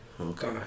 Okay